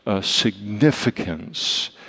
significance